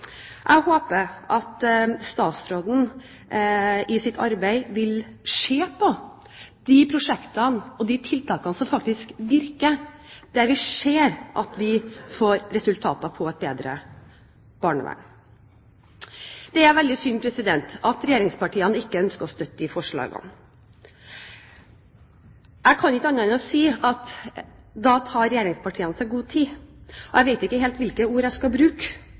Jeg håper at statsråden i sitt arbeid vil se på de prosjektene og de tiltakene som faktisk virker, der vi ser at vi får resultater som gir et bedre barnevern. Det er veldig synd at regjeringspartiene ikke ønsker å støtte disse forslagene. Jeg kan ikke si annet enn at regjeringspartiene tar seg god tid. Jeg vet ikke helt hvilke ord jeg skal bruke,